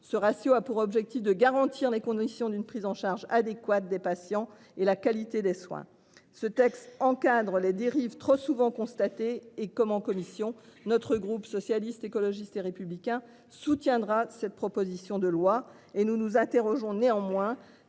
Ce ratio a pour objectif de garantir les conditions d'une prise en charge adéquate des patients et la qualité des soins. Ce texte encadre les dérives trop souvent constaté et comme en commission. Notre groupe socialiste, écologiste et républicain soutiendra cette proposition de loi et nous nous interrogeons néanmoins